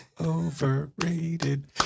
overrated